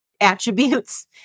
attributes